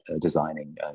designing